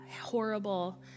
horrible